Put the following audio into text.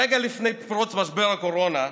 רגע לפני פרוץ משבר הקורונה,